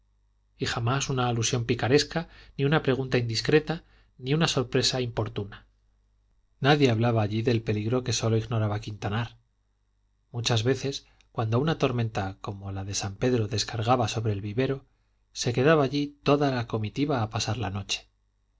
y jamás una alusión picaresca ni una pregunta indiscreta ni una sorpresa importuna nadie hablaba allí del peligro que sólo ignoraba quintanar muchas veces cuando una tormenta como la de san pedro descargaba sobre el vivero se quedaba allí toda la comitiva a pasar la noche